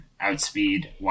outspeed